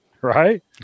Right